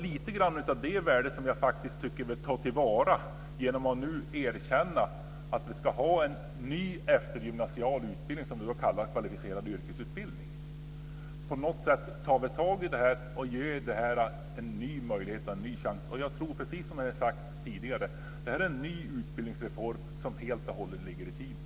Lite grann av det värdet tycker jag faktiskt att vi tar till vara genom att nu erkänna att vi ska ha en ny eftergymnasial utbildning, s.k. kvalificerad yrkesutbildning. På något sätt tar vi tag i detta och ger här en ny möjlighet, en ny chans. Precis som sagts här tidigare är detta en ny utbildningsreform som helt och hållet ligger i tiden.